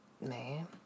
Man